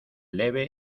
leve